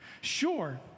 Sure